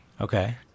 Okay